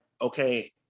okay